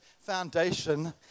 foundation